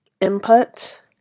input